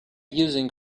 using